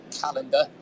calendar